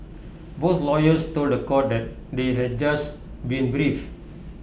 both lawyers told The Court that they had just been briefed